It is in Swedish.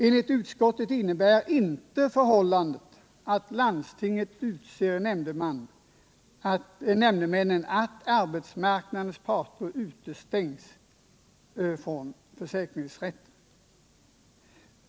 Enligt utskottet innebär inte förhållandet att landstinget utser nämndemän att arbetsmarknadens parter utestängs från försäkringsrätt.